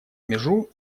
межу